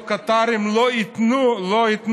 לא הקטארים,